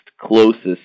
closest